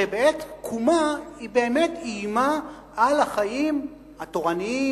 שבעת קומה היא באמת איימה על החיים התורניים,